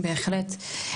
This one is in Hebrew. בהחלט.